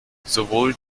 sowohl